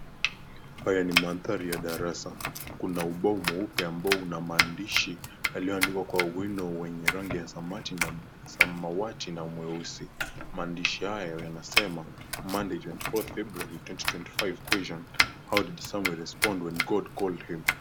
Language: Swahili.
Haya ni mandhari ya darasa, kuna ubao mweupe ambao una maandishi ulioandikwa kwa wino wenye rangi ya smawati naweusi, maandiahi hayo yanasema, monday 14th February 2025 question: how did Samwel respond when God called him?